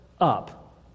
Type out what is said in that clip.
up